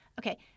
okay—